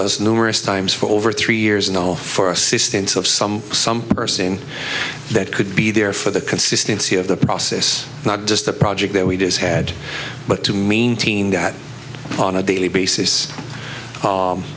us numerous times for over three years you know for assistance of some some person that could be there for the consistency of the process not just the project that we do is had but to maintain that on a daily basis